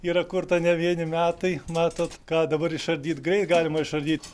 yra kurta ne vieni metai matot ką dabar išardyti greit galima išardyt